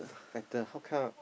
fatter how come